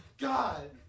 God